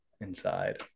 inside